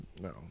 no